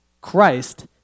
Christ